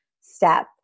step